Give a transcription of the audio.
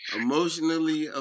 emotionally